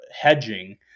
hedging